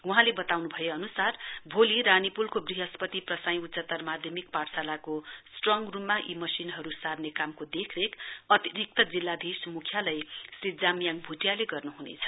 वहाँले वताउनुभए अनुसार भोलि रानीपूलको बृहस्पति प्रसाई उच्चतर माध्यमिक पाठशालाको स्ट्रक रुममा यी मशिनहरु सार्ने कामको देखरेख अतिरिक्त जिल्लाधीश मुख्यालय श्री जामयाङ भुटियाले गर्नुहुनेछ